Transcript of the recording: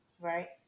right